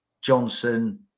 Johnson